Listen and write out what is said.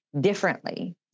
differently